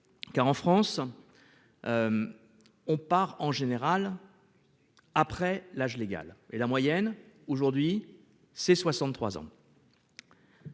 car en France. On part en général. Après l'âge légal et la moyenne aujourd'hui ses 63 ans.